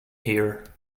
here